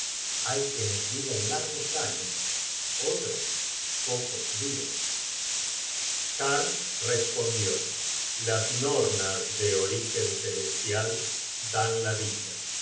hay quienes viven largos años otros pocos dias har respondió las nornas de origen celestial dan la dicha